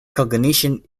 cognition